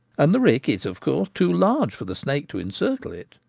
and the rick is, of course, too large for the snake to encircle it.